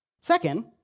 Second